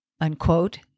Unquote